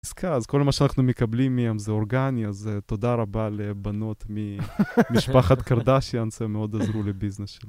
אז כל מה שאנחנו מקבלים מהן זה אורגני אז תודה רבה לבנות ממשפחת קרדשיאנס הם מאוד עזרו לביזנס שלנו.